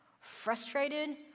frustrated